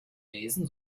lesen